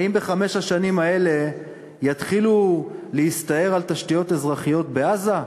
האם בחמש השנים האלה יתחילו להסתער על תשתיות אזרחיות בעזה?